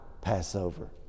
Passover